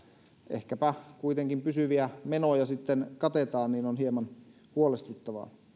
ehkäpä kuitenkin pysyviä menoja katetaan on hieman huolestuttavaa